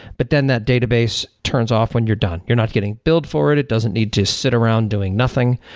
but then that database turns off when you're done. you're not getting billed for. it it doesn't need to sit around doing nothing.